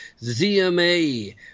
ZMA